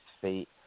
feet